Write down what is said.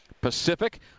Pacific